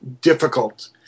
difficult